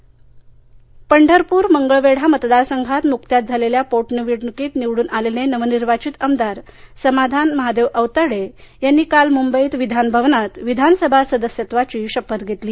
अवताडे शपथविधी पंढरपूर मंगळवेढा मतदारसंघात नुकत्याच झालेल्या पोटनिवडणुकीत निवडून आलेले नवनिर्वाचित आमदार समाधान महादेव अवताडे यांनी काल मुंबईत विधान भवनात विधानसभा सदस्यत्वाची शपथ घेतली